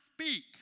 speak